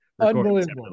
unbelievable